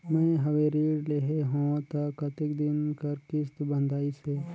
मैं हवे ऋण लेहे हों त कतेक दिन कर किस्त बंधाइस हे?